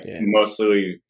mostly